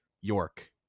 York